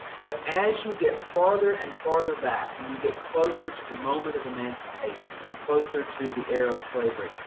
but as you get farther and farther back and you get closer to the moment of emancipation and closer to the era of slavery,